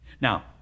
Now